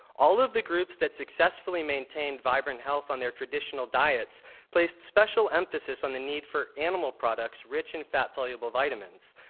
all of the groups that successfully maintained vibrant health on their traditional diets placed special emphasis on the need for animal products rich in fat-soluble vitamins.